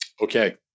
okay